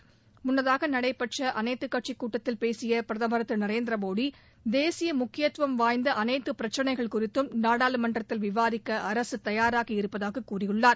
அமைச்சர் முன்னதாக நடைபெற்ற அனைத்துக்கட்சி கூட்டத்தில் பேசிய பிரதமர் திரு நரேந்திர மோடி தேசிய முக்கியத்துவம் வாய்ந்த அனைத்து பிரச்சினைகள் குறித்தும் நாடாளுமன்றத்தில் விவாதிக்க அரசு தயாராக இருப்பதாக கூறியுள்ளார்